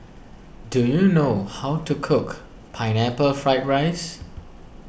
do you know how to cook Pineapple Fried Rice